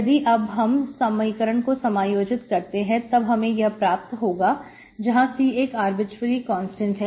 यदि अब हम समीकरण को समायोजित करते हैं तब हमें यह प्राप्त होगा जहां C एक आर्बिट्रेरी कांस्टेंट है